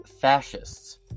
fascists